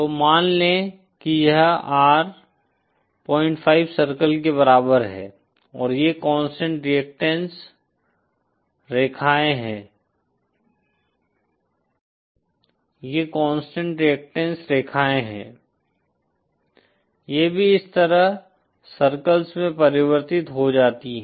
तो मान लें कि यह R 5 सर्कल के बराबर है और ये कांस्टेंट रेअक्टैन्ट्स रेखाएं ये कांस्टेंट रेअक्टैन्ट्स रेखाएं हैं ये भी इस तरह सर्कल्स में परिवर्तित हो जाती हैं